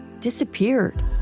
disappeared